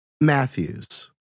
Matthews